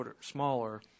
smaller